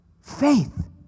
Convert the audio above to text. Faith